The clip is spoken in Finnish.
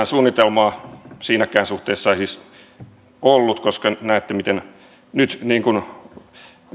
suunnitelmaa siinäkään suhteessa ei siis ollut koska näette nyt miten